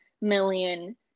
million